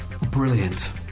brilliant